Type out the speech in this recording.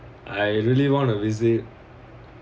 I really want to visit